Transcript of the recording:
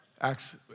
Acts